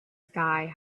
sky